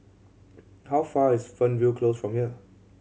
how far is Fernvale Close from here